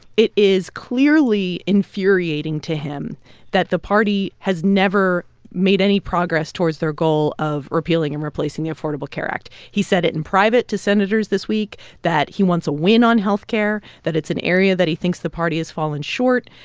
it is clearly infuriating to him that the party has never made any progress towards their goal of repealing and replacing the affordable care act. he said it in private to senators this week that he wants a win on health care, that it's an area that he thinks the party has fallen short.